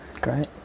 great